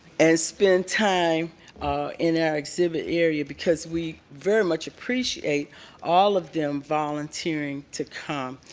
and spend time in our exhibit area because we very much appreciate all of them volunteering to come.